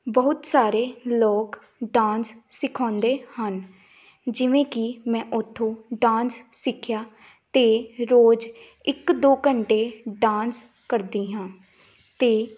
ਬਹੁਤ ਸਾਰੇ ਲੋਕ ਡਾਂਸ ਸਿਖਾਉਂਦੇ ਹਨ ਜਿਵੇਂ ਕਿ ਮੈਂ ਉੱਥੋਂ ਡਾਂਸ ਸਿੱਖਿਆ ਅਤੇ ਰੋਜ਼ ਇੱਕ ਦੋ ਘੰਟੇ ਡਾਂਸ ਕਰਦੀ ਹਾਂ ਅਤੇ